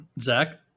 Zach